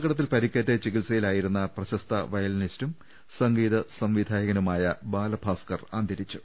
രുവെട്ടിടു വാഹനാപകടത്തിൽ പരിക്കേറ്റ് ചികിത്സയിലായിരുന്ന പ്രശസ്ത വയ ലിനിസ്റ്റും സംഗീത സംവിധായകനുമായ ബാലഭാസ്കർ അന്തരിച്ചു